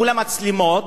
מול המצלמות,